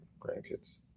grandkids